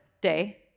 day